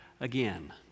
again